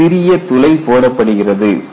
ஒரு சிறிய துளை போடப்படுகிறது